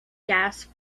gas